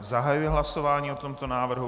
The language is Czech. Zahajuji hlasování o tomto návrhu.